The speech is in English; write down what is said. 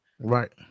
Right